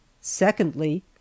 Secondly